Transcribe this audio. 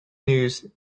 news